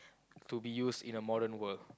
to be used in a modern world